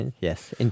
Yes